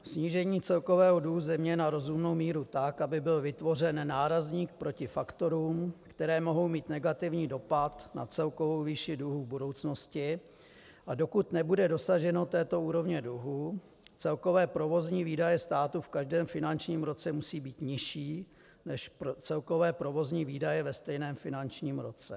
Snížení celkového dluhu země na rozumnou míru tak, aby byl vytvořen nárazník proti faktorům, které mohou mít negativní dopad na celkovou výši dluhu v budoucnosti, a dokud nebude dosaženo této úrovně dluhu, celkové provozní výdaje státu v každém finančním roce musí být nižší než celkové provozní výdaje ve stejném finančním roce.